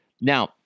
Now